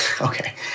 Okay